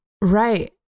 right